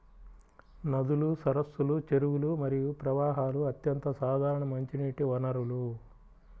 నదులు, సరస్సులు, చెరువులు మరియు ప్రవాహాలు అత్యంత సాధారణ మంచినీటి వనరులు